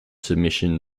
submission